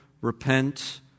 repent